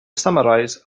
summarize